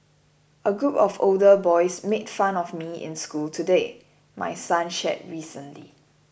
a group of older boys made fun of me in school today my son shared recently